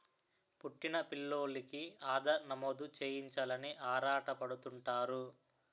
పుట్టిన పిల్లోలికి ఆధార్ నమోదు చేయించాలని ఆరాటపడుతుంటారు